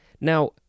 Now